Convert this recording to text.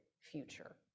future